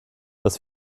dass